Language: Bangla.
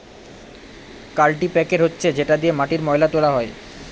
কাল্টিপ্যাকের হচ্ছে যেটা দিয়ে মাটির ময়লা তোলা হয়